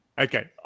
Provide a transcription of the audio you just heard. Okay